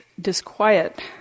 disquiet